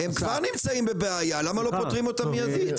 מי ניסה לקדם את זה?